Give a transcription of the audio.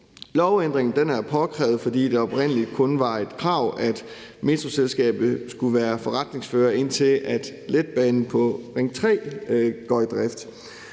Lovændringen er påkrævet, fordi det oprindeligt kun var et krav, at Metroselskabet skulle være forretningsfører, indtil letbanen på Ring 3 går i drift.